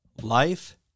Life